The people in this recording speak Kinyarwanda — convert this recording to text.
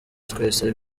twese